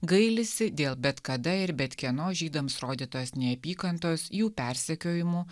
gailisi dėl bet kada ir bet kieno žydams rodytos neapykantos jų persekiojimų